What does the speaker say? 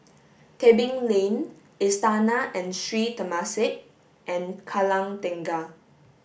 Tebing Lane Istana and Sri Temasek and Kallang Tengah